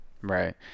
right